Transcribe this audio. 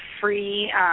free